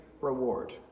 reward